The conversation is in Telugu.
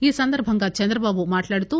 ఈ సందర్భంగా చంద్రబాబు మాట్టాడుతూ